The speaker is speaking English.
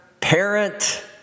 parent